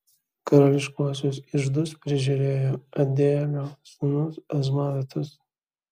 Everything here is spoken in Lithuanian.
karališkuosius iždus prižiūrėjo adielio sūnus azmavetas